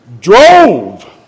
drove